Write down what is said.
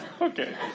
Okay